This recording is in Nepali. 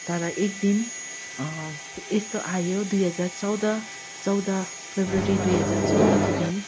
तर एक दिन यस्तो आयो दुई हजार चौध चौध फेब्रवरी दुई हजार चौधको दिन